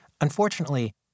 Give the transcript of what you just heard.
Unfortunately